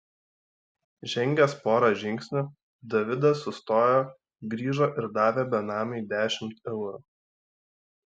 žengęs porą žingsnių davidas sustojo grįžo ir davė benamiui dešimt eurų